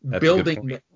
building